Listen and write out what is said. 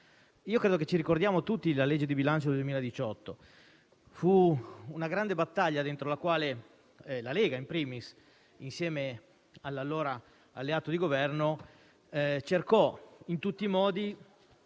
penso che tutti ricordiamo la legge di bilancio del 2018. Fu una grande battaglia, nel corso della quale la Lega *in primis*, insieme all'allora alleato di Governo, cercò in tutti i modi